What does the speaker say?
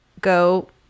go